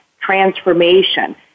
transformation